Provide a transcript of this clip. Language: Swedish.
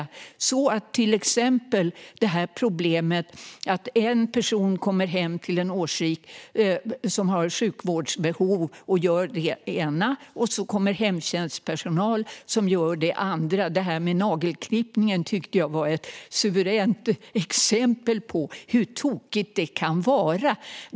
Då kan man kanske komma till rätta med till exempel problemet med att en person kommer hem till en årsrik som har sjukvårdsbehov och gör en sak och att sedan hemtjänstpersonal kommer och gör något annat. Det här med nagelklippning tyckte jag var ett suveränt exempel på hur tokigt det kan vara.